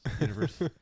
universe